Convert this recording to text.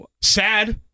Sad